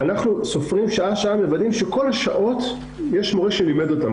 אנחנו סופרים שעה-שעה ומוודאים שבכל השעות יש מורה שלימד אותם,